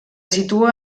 situa